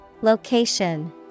Location